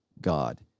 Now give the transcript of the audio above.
God